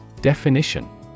Definition